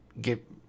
get